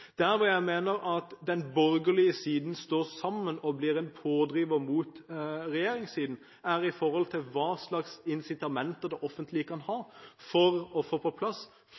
Der hvor jeg mener at den borgerlige siden står sammen og blir en pådriver mot regjeringssiden, er når det gjelder hva slags incitamenter det offentlige kan ha for å få på plass